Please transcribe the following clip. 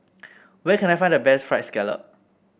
where can I find the best fried scallop